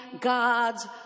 God's